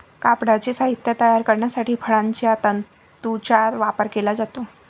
कापडाचे साहित्य तयार करण्यासाठी फळांच्या तंतूंचा वापर केला जातो